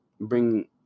bring